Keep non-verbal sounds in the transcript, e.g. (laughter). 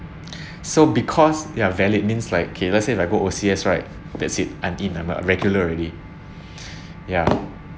(breath) so because ya valid means like okay let's say if I go O_C_S right that's it I'm in I'm not regular already (breath) ya